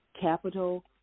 capital